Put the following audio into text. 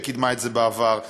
שקידמה את זה בעבר,